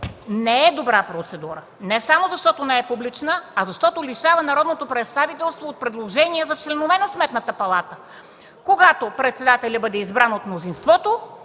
не е добра процедура. Не само, защото не е публична, а защото лишава народното представителство от предложения за членове на Сметната палата. Когато председателят бъде избран от мнозинството